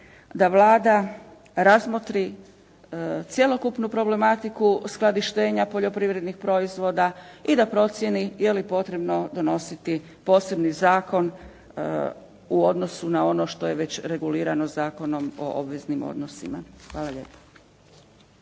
da Vlada razmotri cjelokupnu problematiku skladištenja poljoprivrednih proizvoda i da procijeni je li potrebno donositi posebni zakon u odnosu na ono što je već regulirano Zakonom o obveznim odnosima? Hvala lijepa.